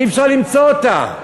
אי-אפשר למצוא אותה.